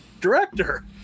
director